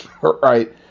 Right